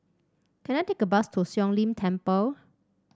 can I take a bus to Siong Lim Temple